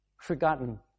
forgotten